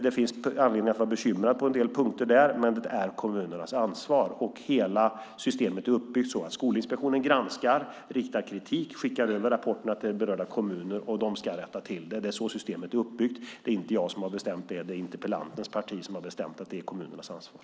Det finns anledning att vara bekymrad på en del punkter där, men det är kommunernas ansvar. Hela systemet är uppbyggt så att Skolinspektionen granskar, riktar kritik och skickar över rapporterna till berörda kommuner som ska rätta till det. Det är så systemet är uppbyggt. Det är inte jag som har bestämt det, utan det är interpellantens parti som har bestämt att det är kommunernas ansvar.